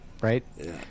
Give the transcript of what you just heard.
right